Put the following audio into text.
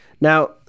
Now